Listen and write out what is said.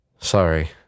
Sorry